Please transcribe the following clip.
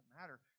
matter